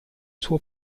suo